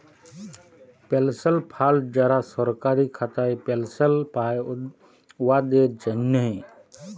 পেলশল fund যারা সরকারি খাতায় পেলশল পায়, উয়াদের জ্যনহে